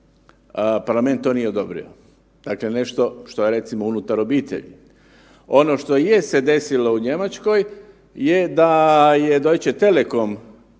Parlament to nije odobrio, dakle nešto što je, recimo, unutar obitelji. Ono što je se desilo u Njemačkoj je da je Deutsche Telekom